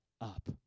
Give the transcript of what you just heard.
up